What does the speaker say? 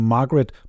Margaret